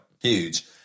huge